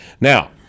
now